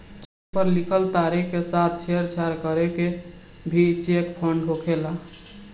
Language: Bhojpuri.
चेक पर लिखल तारीख के साथ छेड़छाड़ करके भी चेक फ्रॉड होखेला